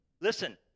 Listen